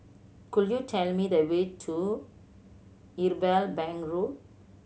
could you tell me the way to Irwell Bank Road